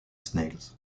snails